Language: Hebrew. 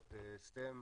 בפעילויות STEM,